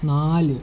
നാല്